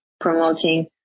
promoting